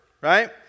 right